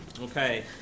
Okay